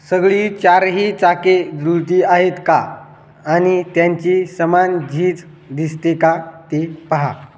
सगळी चारही चाके जुळती आहेत का आणि त्यांची समान झीज दिसते का ती पहा